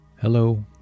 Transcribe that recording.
Hello